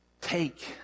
take